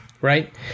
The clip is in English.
right